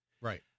Right